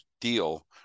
deal